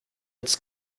its